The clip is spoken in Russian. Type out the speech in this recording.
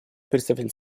представитель